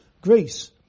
Greece